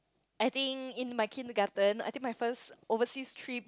I think in my kindergarten I think my first overseas trip